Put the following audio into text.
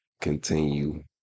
continue